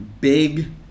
big